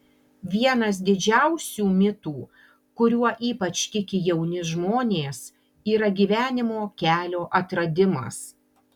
vienas didžiausių mitu kuriuo ypač tiki jauni žmonės yra gyvenimo kelio atradimas